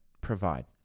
provide